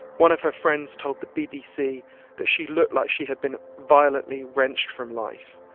one of her friends told the bbc that she looked like she had been violently wrenched from life.